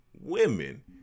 women